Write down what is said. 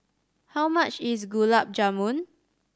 how much is Gulab Jamun